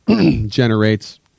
generates